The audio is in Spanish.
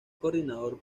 coordinador